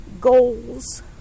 goals